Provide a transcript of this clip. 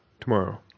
tomorrow